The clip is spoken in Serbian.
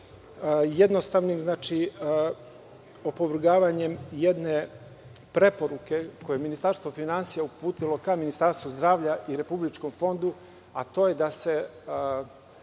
jednostavnim opovrgavanjem jedne preporuke koju je Ministarstvo finansija uputilo ka Ministarstvu zdravlja i Republičkom fondu, a to je da se